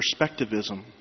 perspectivism